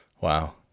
Wow